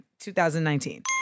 2019